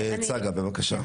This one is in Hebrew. גב' צגה בבקשה.